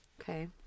Okay